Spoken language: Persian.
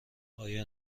آیا